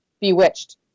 Bewitched